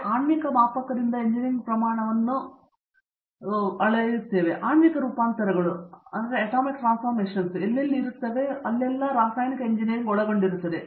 ಹಾಗಾಗಿ ಆಣ್ವಿಕ ಮಾಪಕದಿಂದ ಎಂಜಿನಿಯರಿಂಗ್ ಪ್ರಮಾಣವನ್ನು ಹಾದುಹೋಗುತ್ತದೆ ಆಣ್ವಿಕ ರೂಪಾಂತರಗಳು ಎಲ್ಲೆಲ್ಲಿ ರಾಸಾಯನಿಕ ಎಂಜಿನಿಯರಿಂಗ್ ಒಳಗೊಂಡಿರುತ್ತವೆ